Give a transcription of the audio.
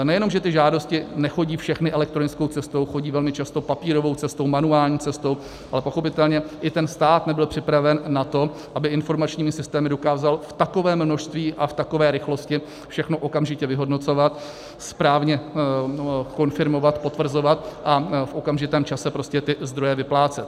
Nejenom že ty žádosti nechodí všechny elektronickou cestou, chodí velmi často papírovou cestou, manuální cestou, ale pochopitelně i ten stát nebyl připraven na to, aby informačními systémy dokázal v takovém množství a v takové rychlosti všechno okamžitě vyhodnocovat, správně konfirmovat, potvrzovat a v okamžitém čase ty zdroje vyplácet.